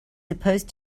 supposed